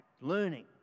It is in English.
learning